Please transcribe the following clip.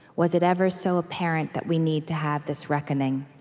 was it ever so apparent that we need to have this reckoning?